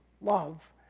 love